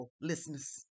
listeners